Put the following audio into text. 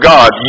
God